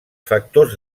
factors